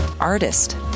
artist